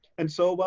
and so, but